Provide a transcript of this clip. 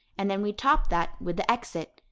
and then we top that with the exit,